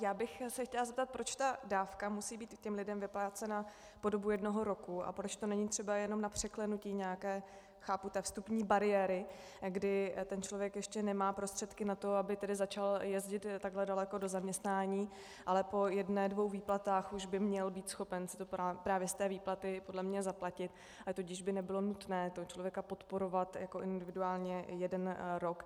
Já bych se chtěla zeptat, proč ta dávka musí být lidem vyplácena po dobu jednoho roku a proč to není třeba jenom na překlenutí nějaké, chápu, vstupní bariéry, kdy ten člověk ještě nemá prostředky na to, aby začal jezdit takhle daleko do zaměstnání, ale po jedné dvou výplatách už by měl být schopen si to právě z té výplaty podle mě zaplatit, a tudíž by nebylo nutné toho člověka podporovat individuálně jeden rok.